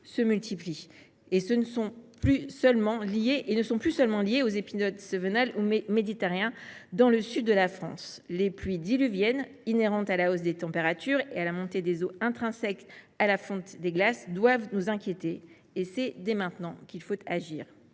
se multiplient et ne sont plus seulement liées aux épisodes cévenols ou méditerranéens dans le sud de la France. Les pluies diluviennes inhérentes à la hausse des températures et la montée des eaux intrinsèque à la fonte des glaces doivent nous inquiéter ; c’est dès maintenant qu’il faut agir.